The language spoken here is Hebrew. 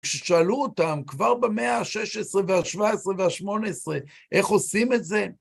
כששאלו אותם, כבר במאה ה-16 וה-17 וה-18, איך עושים את זה?